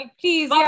please